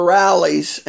rallies